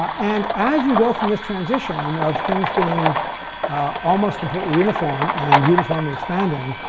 and as you go from this transition and of things being almost completely uniform and uniformly expanding